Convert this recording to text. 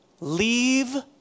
Leave